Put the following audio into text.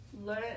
learn